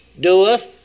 doeth